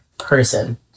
Person